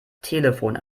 telefon